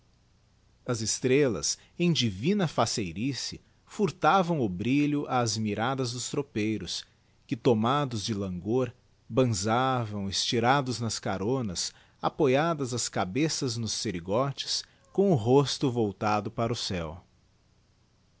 as estrellas em divina faceirice furtavam o brilho ás miradas dos tropeiros que tomados de languor digiti zedby google banzavam estirados nas caronas apoiadas as cabeças nos serigotes com o rosto voltado para o céu